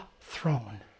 throne